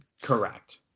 correct